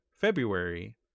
february